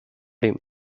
him